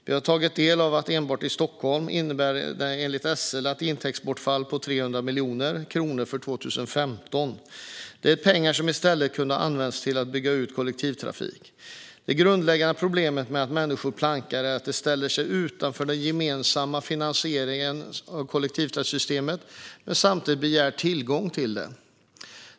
Vi har tagit del av att enbart i Stockholm innebar plankningen enligt SL ett intäktsbortfall på över 300 miljoner kronor för 2015. Det är pengar som i stället kunde ha använts till att bygga ut kollektivtrafiken. Det grundläggande problemet med att människor plankar är att de ställer sig utanför den gemensamma finansieringen av kollektivtrafiksystemet men samtidigt begär tillgång till det.